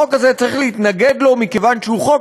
החוק הזה צריך להתנגד לו מכיוון שהוא חוק